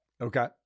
Okay